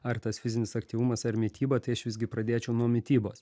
ar tas fizinis aktyvumas ar mityba tai aš visgi pradėčiau nuo mitybos